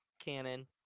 cannon